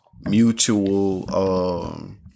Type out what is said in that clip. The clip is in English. mutual